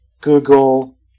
Google